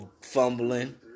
fumbling